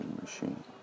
Machine